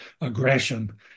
aggression